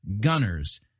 Gunners